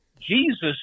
Jesus